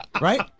Right